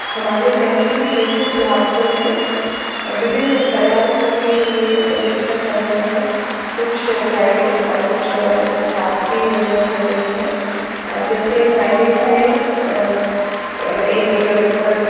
हमारे तहसील क्षेत्र सुहागपुर में विभिन्न कला रूपों के लिए प्रशिक्षण चल रहे हैं कुछ प्राइवेट और कुछ शासकीय योजनाएँ चल रही हैं जैसे प्राइवेट में एक दो जगह पर